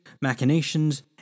machinations